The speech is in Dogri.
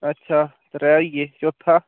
अच्छा त्रै होई गे चौथा